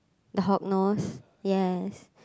the hognose yes